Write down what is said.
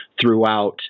throughout